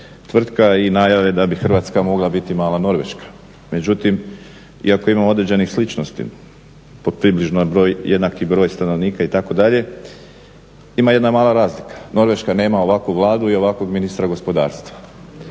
tvrtka i najave da bi Hrvatska mogla biti malo Norveška, međutim iako ima određenih sličnosti po približno, jednaki broj stanovnika itd. ima jedna mala razlika, Norveška nema ovakvu Vladu i ovakvog ministra gospodarstva.